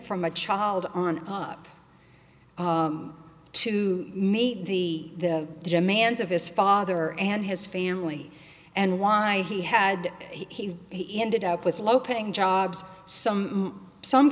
from a child on up to meet the demands of his father and his family and why he had he he ended up with low paying jobs some some